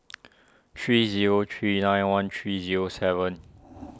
three zero three nine one three zero seven